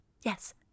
Yes